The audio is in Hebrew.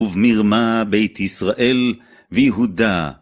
ומרמה בית ישראל ויהודה.